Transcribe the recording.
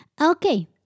Okay